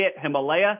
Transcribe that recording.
Himalaya